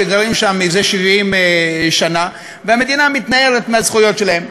שגרים שם זה 70 שנה והמדינה מתנערת מהזכויות שלהם.